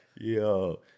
Yo